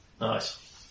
Nice